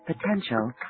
potential